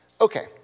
Okay